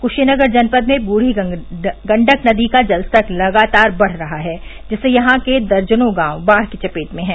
क्शीनगर जनपद में बुढ़ी गंडक नदी का जलस्तर लगातार बढ़ रहा है जिससे यहां दर्जनों गांव बाढ़ की चपेट में हैं